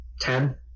ten